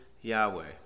Yahweh